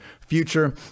future